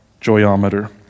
joyometer